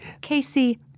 Casey